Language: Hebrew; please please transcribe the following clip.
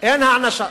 אין הענשה.